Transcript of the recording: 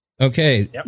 okay